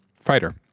fighter